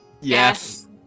Yes